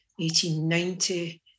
1890